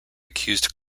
accused